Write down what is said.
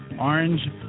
Orange